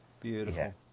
Beautiful